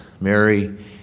Mary